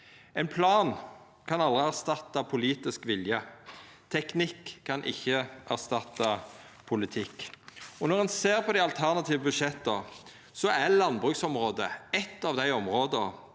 Ein plan kan aldri erstatta politisk vilje. Teknikk kan ikkje erstatta politikk. Når ein ser på dei alternative budsjetta, er landbruksområdet eitt av dei områda